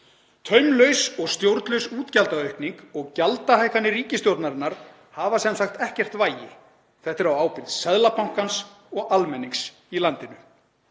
Taumlaus og stjórnlaus útgjaldaaukning og gjaldahækkanir ríkisstjórnarinnar hafa sem sagt ekkert vægi. Þetta er á ábyrgð Seðlabankans og almennings í landinu.